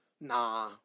Nah